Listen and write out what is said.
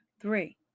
Three